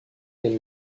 den